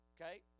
Okay